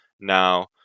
Now